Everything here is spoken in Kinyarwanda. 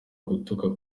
gutuka